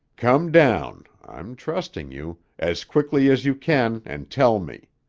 come down i'm trusting you as quickly as you can and tell me.